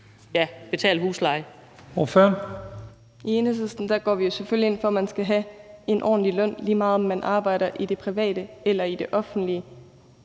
Anne Hegelund (EL): I Enhedslisten går vi selvfølgelig ind for, at man skal have en ordentlig løn, lige meget om man arbejder i det private eller i det offentlige.